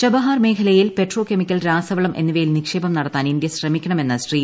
Chabahar മേഖലയിൽ petrochemical രാസവളം എന്നിവയിൽ നിക്ഷേപം നടത്താൻ ഇന്ത്യ ശ്രമിക്കണമെന്ന് ശ്രീ